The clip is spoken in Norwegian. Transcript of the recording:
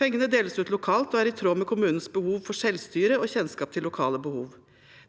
Pengene deles ut lokalt og er i tråd med kommunenes behov for selvstyre og kjennskap til lokale behov.